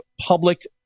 public